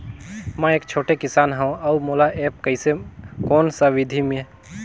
मै एक छोटे किसान हव अउ मोला एप्प कइसे कोन सा विधी मे?